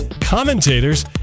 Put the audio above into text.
commentators